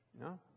No